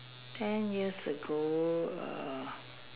ten years ago err